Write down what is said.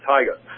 Tiger